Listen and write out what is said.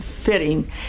fitting